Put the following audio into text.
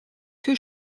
que